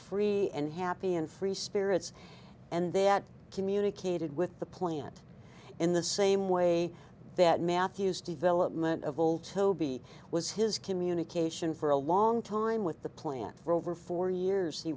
free and happy and free spirits and that communicated with the plant in the same way that matthew's development of all toby was his communication for a long time with the plant for over four years he